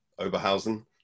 Oberhausen